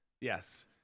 yes